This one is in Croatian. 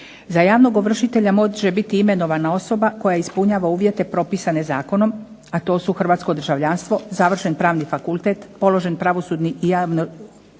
Za javnog ovršitelja može biti imenovana osoba koja ispunjava uvjete propisane zakonom, a to su hrvatsko državljanstvo, završne pravni fakultet, položen pravosudni i